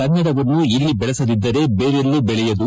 ಕನ್ನಡವನ್ನು ಇಲ್ಲಿ ಬೆಳೆಸದಿದ್ದರೆ ಬೇರೆಲ್ಲೂ ಬೆಳೆಯದು